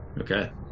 Okay